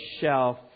shelf